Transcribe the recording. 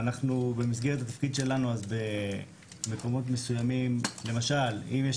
ואנחנו במסגרת התפקיד שלנו במקומות מסוימים - למשל אם יש